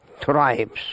tribes